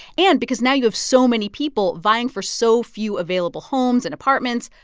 and because now you have so many people vying for so few available homes and apartments,